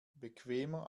bequemer